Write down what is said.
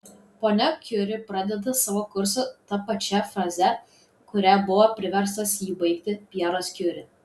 ponia kiuri pradeda savo kursą ta pačia fraze kuria buvo priverstas jį baigti pjeras kiuri